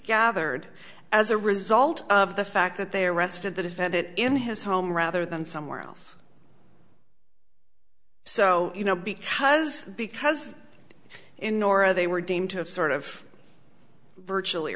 gathered as a result of the fact that they arrested the defendant in his home rather than somewhere else so you know because because in nor they were deemed to have sort of virtually